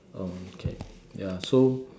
um okay ya so